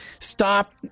Stop